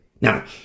Now